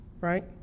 right